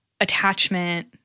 attachment